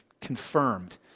confirmed